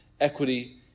equity